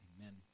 amen